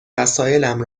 وسایلم